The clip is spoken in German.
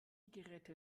geräte